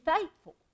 faithful